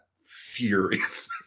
furious